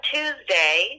Tuesday